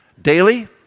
Daily